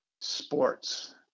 sports